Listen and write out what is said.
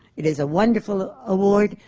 it is a wonderful award,